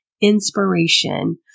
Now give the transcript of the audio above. inspiration